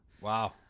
Wow